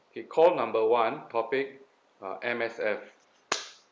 K call number one topic uh M_S_F